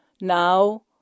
Now